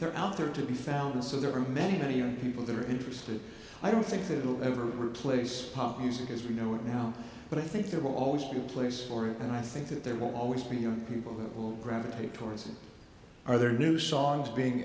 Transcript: are out there to be found and so there are many many young people that are interested i don't think it will ever replace pop music as we know it now but i think there will always be a place for it and i think that there will always be young people who will gravitate towards it are there new songs being